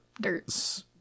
Dirt